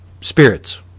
spirits